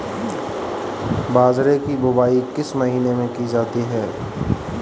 बाजरे की बुवाई किस महीने में की जाती है?